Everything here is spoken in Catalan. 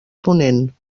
ponent